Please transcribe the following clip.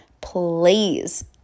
Please